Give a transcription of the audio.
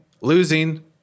losing